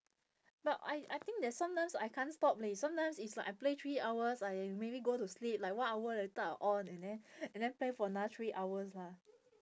but I I think that sometimes I can't stop leh sometimes it's like I play three hours I maybe go to sleep like one hour later I'll on and then and then play for another three hours lah